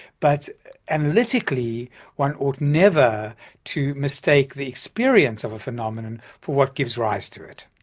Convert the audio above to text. but analytically one ought never to mistake the experience of a phenomenon for what gives rise to it.